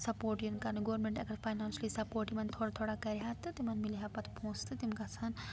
support یِن کَرنہٕ government اگر فاینانشٔلی سَپوٹ یِمن تھوڑا تھوڑا کَرِہا تہٕ تِمَن مِلہِ ہا پَتہٕ پونٛسہٕ تِم گژھَن